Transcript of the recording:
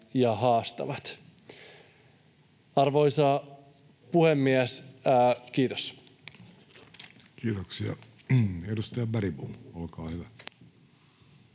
ja haastavat. — Arvoisa puhemies, kiitos. Kiitoksia. — Edustaja Bergbom, olkaa hyvä.